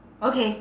okay